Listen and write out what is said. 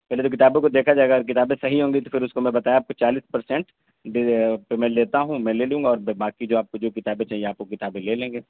پہلے تو کتابوں کو دیکھا جائے گا اگر کتابیں صحیح ہوں گی تو پھر اس کو میں بتایا آپ کو چالیس پرسینٹ پہ میں لیتا ہوں میں لے لوں گا اور جو باقی جو آپ کو جو کتابیں چاہیے آپ وہ کتابیں لے لیں گے